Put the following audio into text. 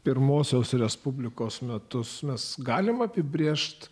pirmosios respublikos metus mes galime apibrėžti